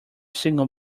single